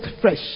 fresh